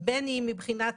בין אם מבחינת